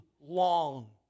long